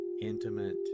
intimate